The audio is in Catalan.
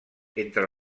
entre